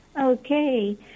Okay